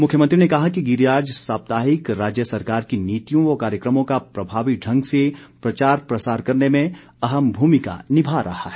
मुख्यमंत्री ने कहा कि गिरीराज साप्ताहिक राज्य सरकार की नीतियों व कार्यक्रमों का प्रभावी ढंग से प्रचार प्रसार करने में अहम भूमिका निभा रहा है